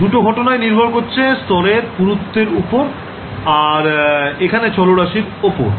দুটো ঘটনাই নির্ভর করে স্তরের পুরুত্ব এর ওপর আর এখানের চলরাশির ওপর